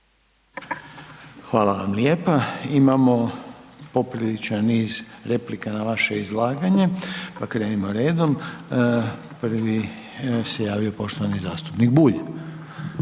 Hvala vam lijepa. Imamo popriličan niz replika na vaše izlaganje, pa krenimo redom. Prvi se javio poštovani zastupnik Bulj,